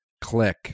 click